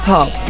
Pop